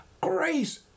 Grace